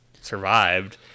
survived